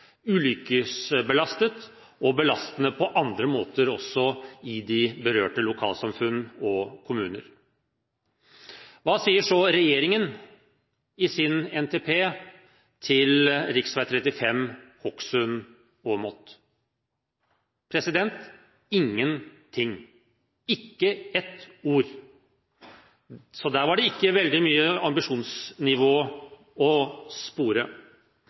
ulykkesbelastet og belastende også på andre måter i de berørte lokalsamfunn og kommuner. Hva sier så regjeringen i sin NTP om rv. 35 Hokksund–Åmot? Ingenting – ikke ett ord! Så der var det ikke veldig mye ambisjonsnivå å spore.